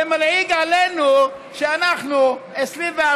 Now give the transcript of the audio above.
ומלעיג עלינו שאנחנו 24,